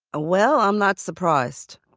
well, i'm not surprised.